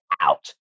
out